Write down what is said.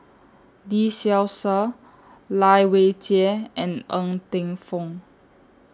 Lee Seow Ser Lai Weijie and Ng Teng Fong